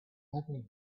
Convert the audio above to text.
others